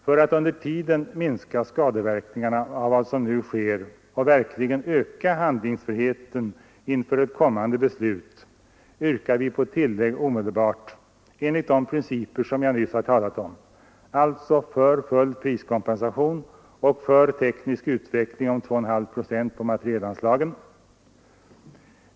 För att under tiden minska skadeverkningarna av vad som nu sker och verkligen öka handlingsfriheten inför ett kommande beslut yrkar vi på tillägg omedelbart enligt de principer som jag nyss har talat om, alltså för full priskompensation och för teknisk utveckling om 2,5 procent på materielanslagen.